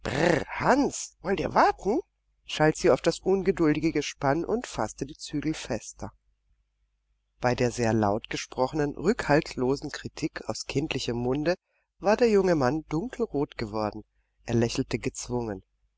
wollt ihr warten schalt sie auf das ungeduldige gespann und faßte die zügel fester bei der sehr laut gesprochenen rückhaltslosen kritik aus kindlichem munde war der junge mann dunkelrot geworden er lächelte gezwungen